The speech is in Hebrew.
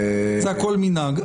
זה הכול מנהג.